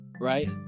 Right